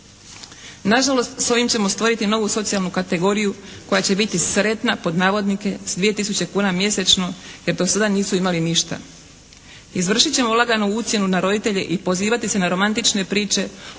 Nažalost, s ovim ćemo stvoriti novu socijalnu kategoriju koja će biti "sretna" s 2 tisuće kuna mjesečno jer do sada nisu imali ništa. Izvršit ćemo laganu ucjenu na roditelje i pozivati se na romantične priče